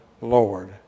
Lord